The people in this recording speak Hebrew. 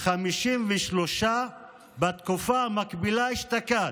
53 בתקופה המקבילה אשתקד.